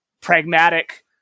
pragmatic